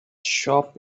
shop